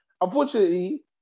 Unfortunately